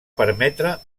permetre